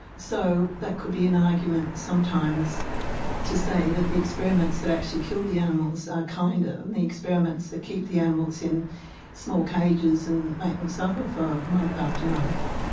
so that could be an argument sometimes to say that the experiments that actually kill the animals are kinder than and the experiments that keep the animals in small cages and make them suffer for month after month.